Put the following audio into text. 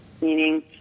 meaning